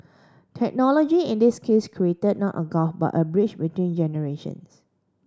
technology in this case created not a gulf but a bridge between generations